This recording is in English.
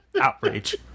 outrage